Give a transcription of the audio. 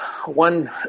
One